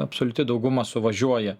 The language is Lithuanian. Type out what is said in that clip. absoliuti dauguma suvažiuoja